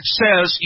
says